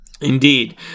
Indeed